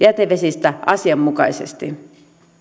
jätevesistä asianmukaisesti